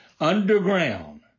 underground